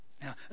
Now